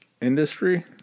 Industry